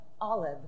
olive